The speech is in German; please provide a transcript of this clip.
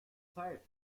zeit